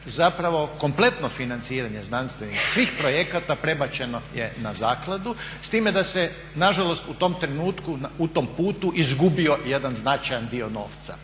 zapravo kompletno financiranje znanstvenih svih projekata prebačeno je na zakladu s time da se nažalost u tom trenutku, u tom putu izgubio jedan značajan dio novca